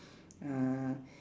ah